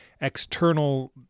external